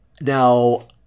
Now